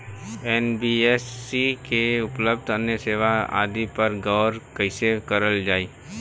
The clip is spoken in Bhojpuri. एन.बी.एफ.सी में उपलब्ध अन्य सेवा आदि पर गौर कइसे करल जाइ?